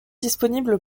disponible